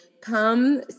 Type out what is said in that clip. come